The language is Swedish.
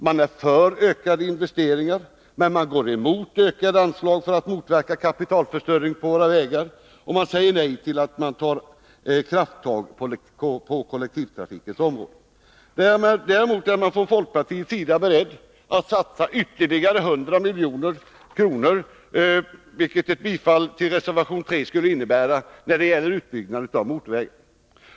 Man är för ökade investeringar, men går emot ökade anslag för att motverka kapitalförstöring på våra vägar och säger nej till krafttag på kollektivtrafikens område. Däremot är man från folkpartiets sida beredd att satsa ytterligare 100 milj.kr. — vilket ett bifall till reservation 3 skulle innebära — till utbyggnad av motorvägar.